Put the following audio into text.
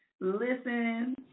listen